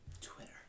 Twitter